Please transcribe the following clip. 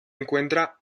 encuentra